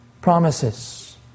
promises